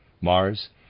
Mars